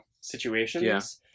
situations